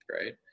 right